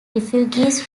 refugees